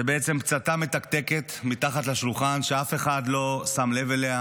זה בעצם פצצה מתקתקת מתחת לשולחן שאף אחד לא שם לב אליה,